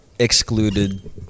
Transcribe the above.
Excluded